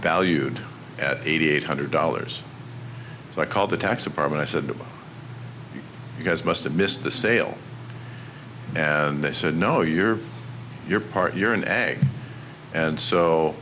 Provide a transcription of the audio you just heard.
valued at eighty eight hundred dollars so i called the tax apartment i said you guys must have missed the sale and they said no you're your part you're an egg and so